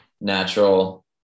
natural